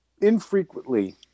infrequently